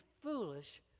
foolish